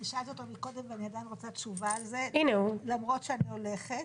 אני שאלתי אותו מקודם ואני עדיין רוצה תשובה על זה למרות שאני הולכת,